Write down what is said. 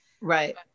Right